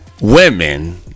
women